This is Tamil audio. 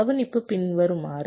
கவனிப்பு பின்வருமாறு